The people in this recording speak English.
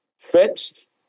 fixed